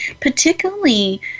particularly